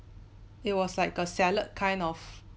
it was like a salad kind of